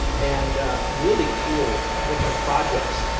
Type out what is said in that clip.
and really cool different projects.